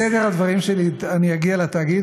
בסדר הדברים שלי אני אגיע לתאגיד,